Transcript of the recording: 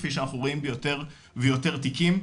כפי שאנחנו רואים ביותר ויותר תיקים?